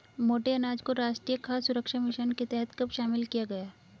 मोटे अनाज को राष्ट्रीय खाद्य सुरक्षा मिशन के तहत कब शामिल किया गया?